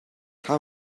how